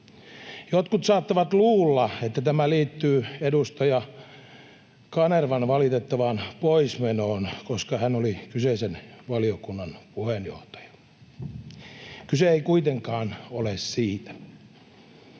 Jotkut saattavat luulla, että tämä liittyy edustaja Kanervan valitettavaan poismenoon, koska hän oli kyseisen valiokunnan puheenjohtaja. Kyse ei kuitenkaan ole siitä.